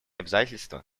обязательство